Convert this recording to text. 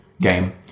game